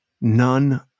None